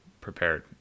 prepared